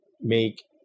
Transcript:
make